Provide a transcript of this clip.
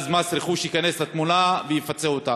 מס רכוש ייכנס לתמונה ויפצה אותה.